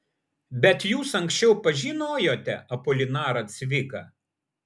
bet jūs anksčiau pažinojote apolinarą cviką